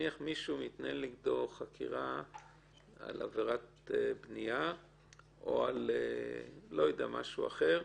נניח מתנהלת נגד מישהו חקירה על עבירת בנייה או משהו אחר,